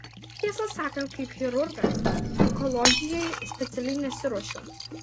tiesą sakant kaip chirurgas onkologijai specialiai nesiruošiau